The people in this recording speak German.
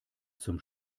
zum